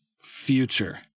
future